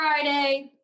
Friday